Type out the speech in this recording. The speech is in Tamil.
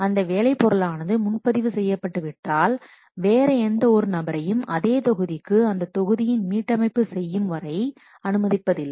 அந்த வேலை பொருளானது முன்பதிவு செய்யப்பட்டு விட்டால் வேற எந்த ஒரு நபரையும் அதே தொகுதிக்கு அந்த தொகுதியின்மீட்டமைப்பு செய்யும்வரை அனுமதிப்பதில்லை